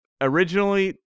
Originally